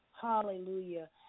hallelujah